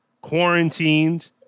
quarantined